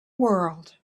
world